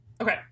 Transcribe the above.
Okay